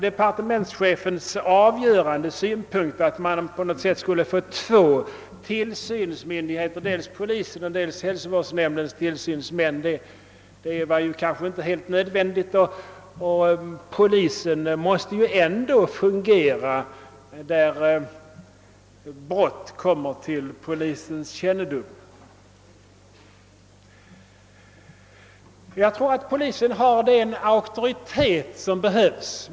Departementschefens avgörande synpunkt var, att om polisen fick tillsynen man skulle få två tillsynsmyndigheter, dels polisen och dels hälsovårdsnämndens tillsynsman. Emellertid måste ju polisen ändå fungera, då brott — även mot djurskyddslag — kommer till polisens kännedom. Jag tror att polisen har den auktoritet som behövs.